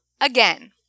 again